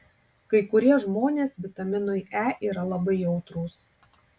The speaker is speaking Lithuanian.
kai kurie žmonės vitaminui e yra labai jautrūs